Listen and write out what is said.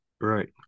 Right